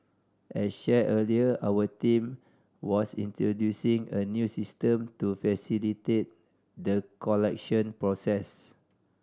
as shared earlier our team was introducing a new system to facilitate the collection process